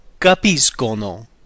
capiscono